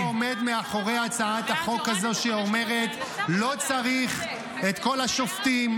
אני עומד מאחורי הצעת החוק הזו שאומרת: לא צריך את כל השופטים.